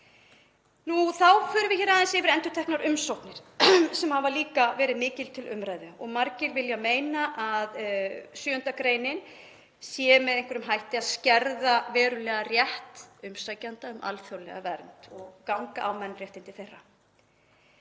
Þá förum við aðeins yfir endurteknar umsóknir sem hafa líka verið mikið til umræðu. Margir vilja meina að 7. gr. sé með einhverjum hætti að skerða verulega rétt umsækjenda um alþjóðlega vernd og ganga á mannréttindi þeirra.